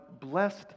blessed